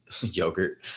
yogurt